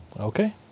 Okay